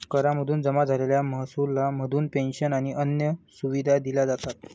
करा मधून जमा झालेल्या महसुला मधून पेंशन आणि अन्य सुविधा दिल्या जातात